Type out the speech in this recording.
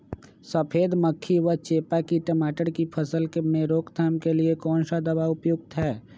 सफेद मक्खी व चेपा की टमाटर की फसल में रोकथाम के लिए कौन सा दवा उपयुक्त है?